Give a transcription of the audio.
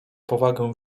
powagę